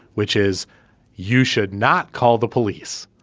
which is you should not call the police.